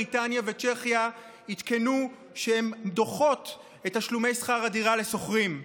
בריטניה וצ'כיה עדכנו שהן דוחות את תשלומי שכר הדירה לשוכרים.